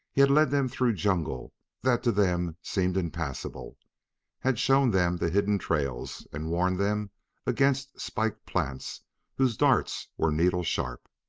he had led them through jungle that to them seemed impassable had shown them the hidden trails and warned them against spiked plants whose darts were needle sharp.